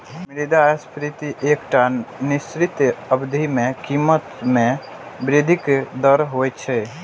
मुद्रास्फीति एकटा निश्चित अवधि मे कीमत मे वृद्धिक दर होइ छै